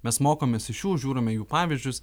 mes mokomės iš jų žiūrime jų pavyzdžius